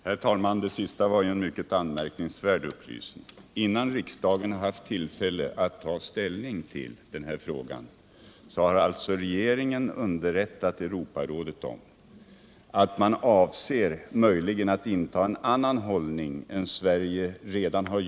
Herr talman! Det sista var en mycket anmärkningsvärd upplysning. Innan riksdagen har haft tillfälle att ta ställning till denna fråga har alltså regeringen underrättat Europarådet om att Sverige eventuellt avser att i de här sammanhangen inta en annan hållning än den som gällt tidigare.